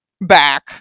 back